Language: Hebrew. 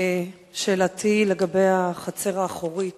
שאלתי היא לגבי החצר האחורית